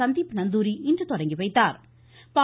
சந்தீப் நந்தூரி இன்று தொடங்கி வைத்தாா்